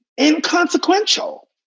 inconsequential